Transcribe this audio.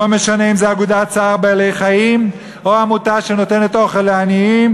לא משנה אם אגודת צער בעלי-חיים או עמותה שנותנת אוכל לעניים,